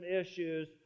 issues